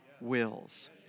wills